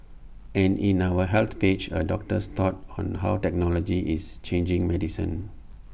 and in our health page A doctor's thoughts on how technology is changing medicine